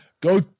go